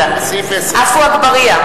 (קוראת בשמות חברי הכנסת) עפו אגבאריה,